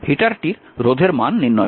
হিটারটির রোধের মান নির্ণয় করুন